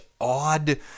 odd